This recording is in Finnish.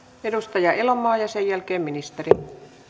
edustaja elomaa ja sen jälkeen ministeri